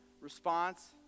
response